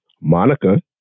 Monica